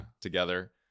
together